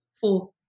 Four